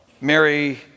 Mary